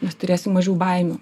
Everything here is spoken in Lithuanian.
mes turėsim mažiau baimių